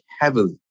heavily